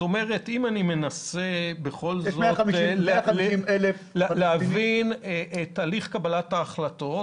יש 150,000 --- אם אני מנסה בכל זאת להבין את הליך קבלת ההחלטות